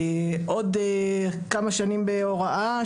עוד כמה שנים בהוראה,